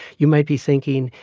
you might be thinking,